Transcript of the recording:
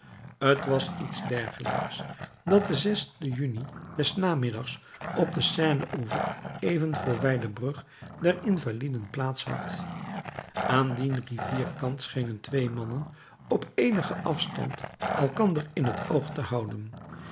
t was iets dergelijks dat den juni des namiddags op den seineoever even voorbij de brug der invaliden plaats had aan dien rivierkant schenen twee mannen op eenigen afstand elkander in t oog te houden